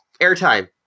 airtime